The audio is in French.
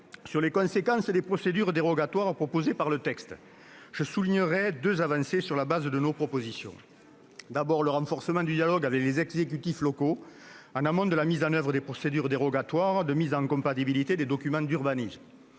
des conséquences des procédures dérogatoires instaurées par ce texte, je soulignerai deux avancées issues de nos propositions. La première, c'est le renforcement du dialogue avec les exécutifs locaux en amont de la mise en oeuvre des procédures dérogatoires de mise en compatibilité des documents d'urbanisme.